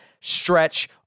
Stretch